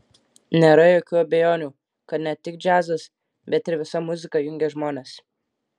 nėra jokių abejonių kad ne tik džiazas bet ir visa muzika jungia žmonės